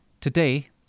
Today